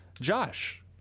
Josh